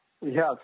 Yes